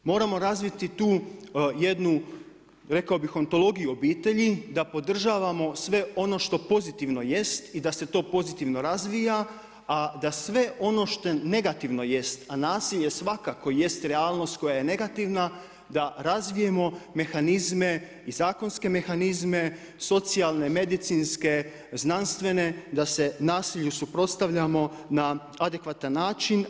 Moramo razviti tu jednu rekao bih antologiju obitelji da podržavamo sve ono što pozitivno jest i da se to pozitivno razvija, a da sve ono što negativno jest, a nasilje svakako jest realnost koja je negativan, da razvijemo mehanizme i zakonske mehanizme, socijalne, medicinske, znanstvene da se nasilju suprotstavljamo na adekvatan način.